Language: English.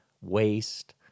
waste